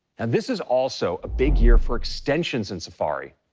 and this is also a big year for extensions in safari.